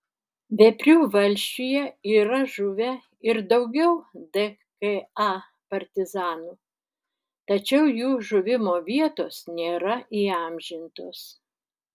veprių valsčiuje yra žuvę ir daugiau dka partizanų tačiau jų žuvimo vietos nėra įamžintos